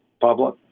public